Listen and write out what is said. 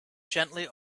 gently